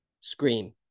Scream